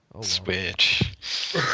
Switch